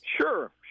sure